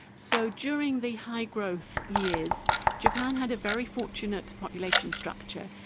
so during the high growth years japan had a very fortunate population structure.